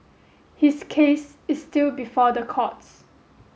his case is still before the courts